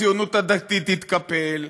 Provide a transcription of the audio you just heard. הציונות הדתית תתקפל,